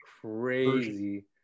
crazy